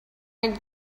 united